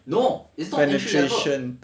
no it's not entry level